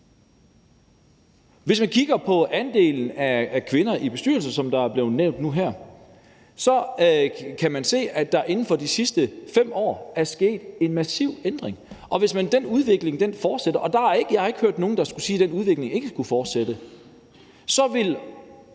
Hvis man kigger på andelen af kvinder i bestyrelser, som der er blevet nævnt nu her, så kan man se, at der inden for de sidste 5 år er sket en massiv ændring, og hvis den udvikling fortsætter – og jeg har ikke hørt nogen sige, at den udvikling ikke skulle fortsætte – så vil